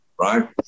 right